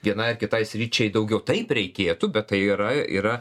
vienai ar kitai sričiai daugiau taip reikėtų bet tai yra yra